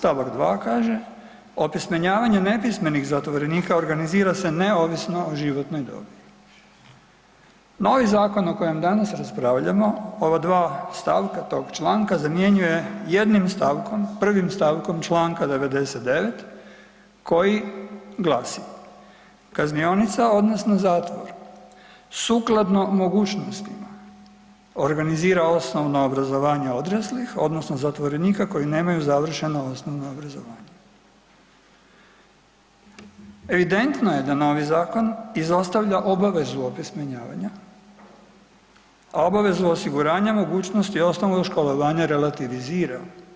Stavak 2. kaže, opismenjavanje nepismenih zatvorenika organizira se neovisno o životnoj dobi.“ Novi zakon o kojem danas raspravljamo ova dva stavka tog članka zamjenjuje jednim stavkom, prvim stavkom Članka 99. koji glasi: „Kaznionica odnosno zatvor sukladno mogućnostima organizira osnovno obrazovanje odraslih odnosno zatvorenika koji nemaju završenu osnovno obrazovanje.“ Evidentno je da novi zakon izostavlja obavezu opismenjavanja, a obavezu osiguranja mogućnosti osnovnog školovanja relativizira.